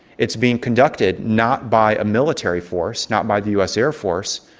it's being conducted not by a military force, not by the us air force,